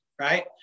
right